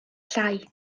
llai